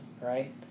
Right